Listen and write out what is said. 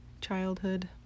childhood